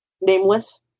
Nameless